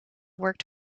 worked